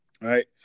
right